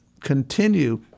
continue